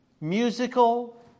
musical